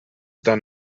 done